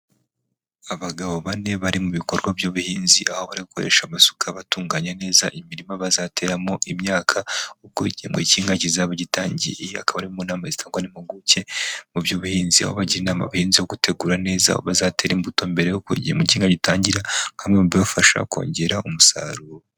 Abagabo bane bari mu bikorwa by'ubuhinzi, aho bari gukoresha amasuka batunganya neza imirima bazateramo imyaka, ubwo igihembwe cy'ihinga kizaba gitangiye, iyi akaba ari inama itangwa n'impuguke mu by'ubuhinzi, aho abagira inama abahinzi gutegura neza aho bazatera imbuto mbere yo igihembwe cy'ihinga gitangira, kimwe mu bibafasha kongera umusaruro.